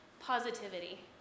positivity